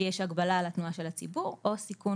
כשיש הגבלה על התנועה של הציבור או סיכון